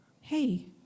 hey